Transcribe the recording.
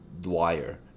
Dwyer